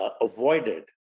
avoided